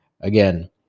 again